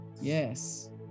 Yes